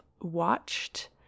watched